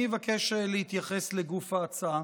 אני אבקש להתייחס לגוף ההצעה